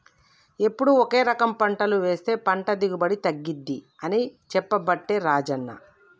ఎప్పుడు ఒకే రకం పంటలు వేస్తె పంట దిగుబడి తగ్గింది అని చెప్పబట్టే రాజన్న